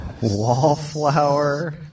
Wallflower